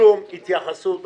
שום התייחסות רצינית.